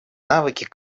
навыки